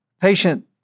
patient